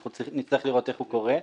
נצטרך לראות איך הוא קורה,